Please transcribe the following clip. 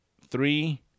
Three